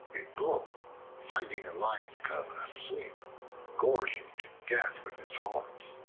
a bull finding a lion's cub asleep gored him to death with his horns.